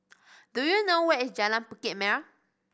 do you know where is Jalan Bukit Merah